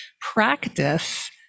practice